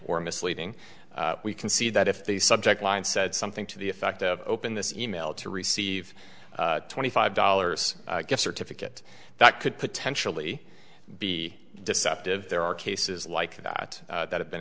or misleading we can see that if the subject line said something to the effect of open this e mail to receive twenty five dollars gift certificate that could potentially be deceptive there are cases like that that have been